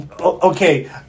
Okay